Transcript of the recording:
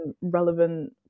relevant